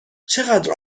چقدر